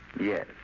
Yes